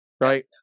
Right